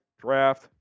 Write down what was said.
draft